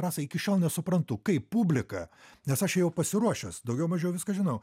rasa iki šiol nesuprantu kaip publika nes aš jau pasiruošęs daugiau mažiau viską žinau